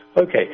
Okay